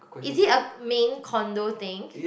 is it a main condo thing